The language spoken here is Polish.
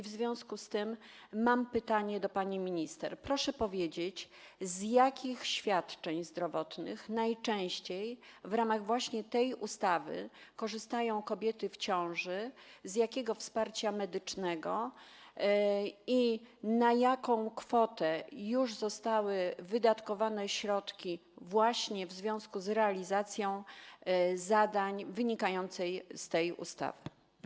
W związku z tym mam pytanie do pani minister: Proszę powiedzieć, z jakich świadczeń zdrowotnych w ramach tej ustawy najczęściej korzystają kobiety w ciąży, z jakiego wsparcia medycznego i na jaką kwotę już zostały wydatkowane środki właśnie w związku z realizacją zadań wynikających z tej ustawy.